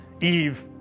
Eve